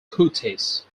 curtis